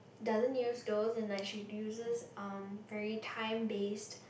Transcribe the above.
doesn't use those and like she uses um very time based